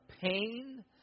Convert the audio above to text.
pain